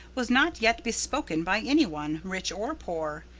was not yet bespoken by any one, rich or poor.